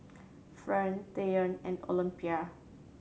Fern Treyton and Olympia